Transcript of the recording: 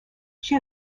she